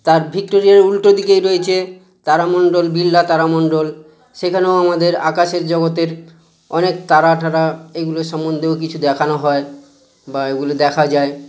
তার ভিক্টোরিয়ার উলটো দিকেই রয়েছে তারামণ্ডল বিড়লা তারামণ্ডল সেখানেও আমাদের আকাশের জগতের অনেক তারা টারা এইগুলোর সম্বন্ধেও কিছু দেখানো হয় বা এগুলো দেখা যায়